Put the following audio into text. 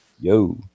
Yo